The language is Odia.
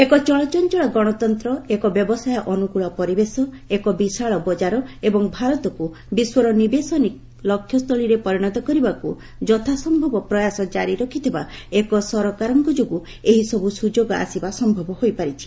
ଏକ ଚଳଚ୍ଚଚଳ ଗଣତନ୍ତ୍ର ଏକ ବ୍ୟବସାୟ ଅନୁକୂଳ ପରିବେଶ ଏକ ବିଶାଳ ବଜାର ଏବଂ ଭାରତକୁ ବିଶ୍ୱର ନିବେଶ ଲକ୍ଷ୍ୟସ୍ଥଳୀରେ ପରିଣତ କରିବାକୁ ଯଥାସନ୍ତବ ପ୍ରୟାସ ଜାରି ରଖିଥିବା ଏକ ସରକାରଙ୍କ ଯୋଗୁଁ ଏହି ସବୁ ସୁଯୋଗ ଆସିବା ସ୍ୟବ ହୋଇପାରିଛି